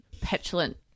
petulant